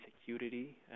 security